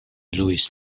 luis